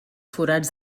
forats